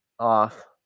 off